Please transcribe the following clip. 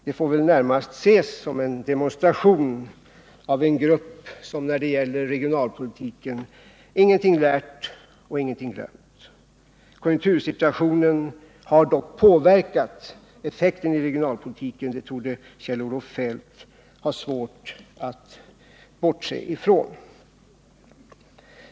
Det får väl närmast ses som en demonstration av en grupp som när det gäller regionalpolitiken ingenting lärt och ingenting glömt. Konjunktursituationen har dock påverkat effekten i regionalpolitiken. Det torde Kjell-Olof Feldt ha svårt att bortse ifrån.